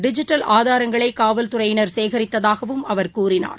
digital ஆதாரங்களைகாவல்துறையினர் சேகரித்ததாகவும் அவர் கூறினார்